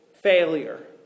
Failure